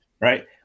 right